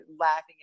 laughing